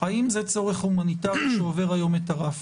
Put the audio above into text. האם זה צורך הומניטרי שעובר היום את הרף?